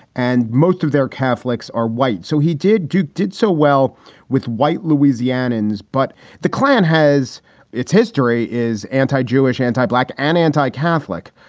and most of their catholics are white. so he did do did so well with white louisianans. but the klan has its history is anti jewish, anti black and anti catholic.